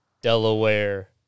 Delaware